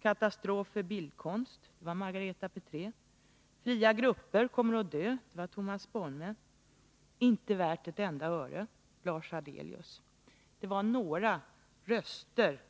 ”Katastrof för bildkonst” , ”Fria grupper kommer att dö” , ”Inte värt ett enda öre” . Det är några röster